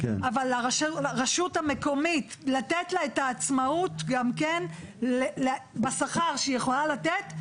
אבל לתת לרשות המקומית את העצמאות גם כן בשכר שהיא יכולה לתת